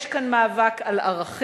יש כאן מאבק על ערכים.